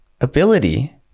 ability